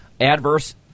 adverse